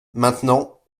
maintenant